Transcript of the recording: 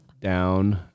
down